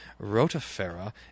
rotifera